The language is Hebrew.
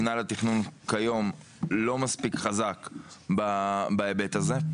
מנהל התכנון כיום הוא לא מספיק חזק בהיבט הזה.